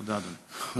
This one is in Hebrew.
תודה, אדוני.